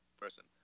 person